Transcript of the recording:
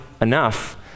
enough